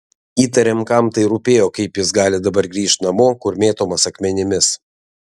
įtariam kam tai rūpėjo kaip jis gali dabar grįžt namo kur mėtomas akmenimis